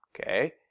okay